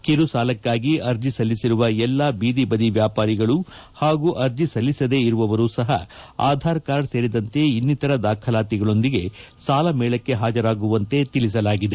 ಕಿರುಸಾಲಕ್ಕಾಗಿ ಅರ್ಜಿ ಸಲ್ಲಿಸಿರುವ ಎಲ್ಲಾ ಬೀದಿಬದಿ ವ್ಯಾಪಾರಿಗಳು ಹಾಗೂ ಅರ್ಜಿ ಸಲ್ಲಿಸದೇ ಇರುವವರು ಸಹ ಆಧಾರ್ ಕಾರ್ಡ್ ಸೇರಿದಂತೆ ಇನ್ನಿತರ ದಾಖಲಾತಿಗಳೊಂದಿಗೆ ಸಾಲ ಮೇಳಕ್ಕೆ ಹಾಜರಾಗುವಂತೆ ತಿಳಿಸಲಾಗಿದೆ